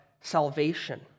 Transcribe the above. salvation